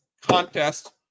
contest